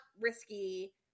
risky